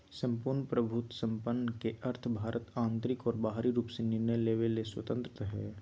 सम्पूर्ण प्रभुत्वसम्पन् के अर्थ भारत आन्तरिक और बाहरी रूप से निर्णय लेवे ले स्वतन्त्रत हइ